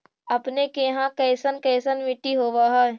अपने के यहाँ कैसन कैसन मिट्टी होब है?